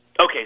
Okay